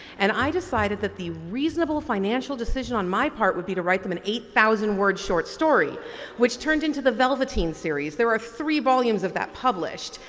and i decided that the reasonable financial decision on my part would be to write them an eight thousand word short story which turned into the velveteen series. there are three volumes of that published.